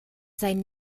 sein